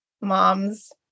moms